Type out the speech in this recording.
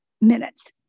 minutes